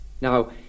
Now